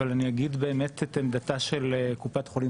אבל אני אגיד באמת את עמדתה של קופת חולים